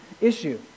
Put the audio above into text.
issue